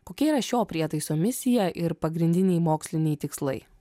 kokia yra šio prietaiso misija ir pagrindiniai moksliniai tikslai